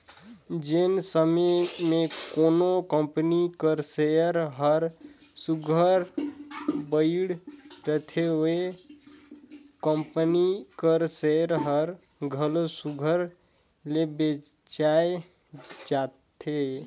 जेन समे में कोनो कंपनी कर सेयर हर सुग्घर बइढ़ रहथे ओ कंपनी कर सेयर हर घलो सुघर ले बेंचाए जाथे